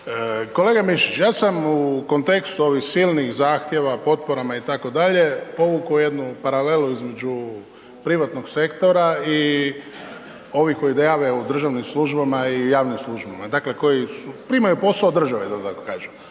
Kolega Mišić. Ja sam u kontekstu ovih silnih zahtjeva, potporama, itd. povukao jednu paralelu između privatnog sektora i ovih koji .../Govornik se ne razumije./... državnim službama i javnim službama. Dakle koji primaju posao od države, da tako kažem